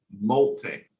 molting